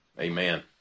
Amen